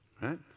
right